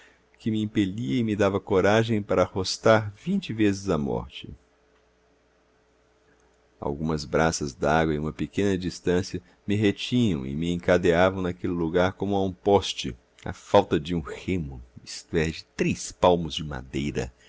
que me impelia e me dava coragem para arrostar vinte vezes a morte algumas braças d'água e uma pequena distância me retinham e me encadeavam naquele lugar como a um poste a falta de um remo isto é de três palmos de madeira